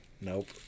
Nope